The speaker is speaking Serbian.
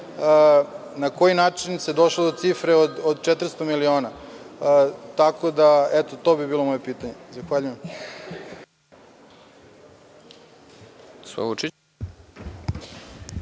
na koji način se došlo do cifre od 400 miliona. Eto to bi bilo moje pitanje. Zahvaljujem.